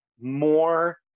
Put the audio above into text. more